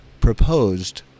proposed